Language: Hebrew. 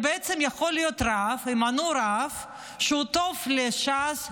יכול להיות שימנו רב שהוא טוב לש"ס,